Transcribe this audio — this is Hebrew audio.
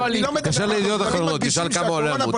--- תתקשר לידיעות אחרונות ותשאל כמה עולה עמוד,